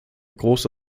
große